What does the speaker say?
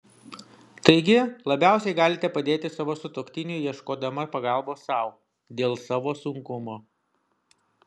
taigi labiausiai galite padėti savo sutuoktiniui ieškodama pagalbos sau dėl savo sunkumo